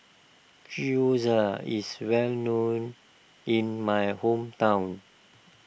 Gyoza is well known in my hometown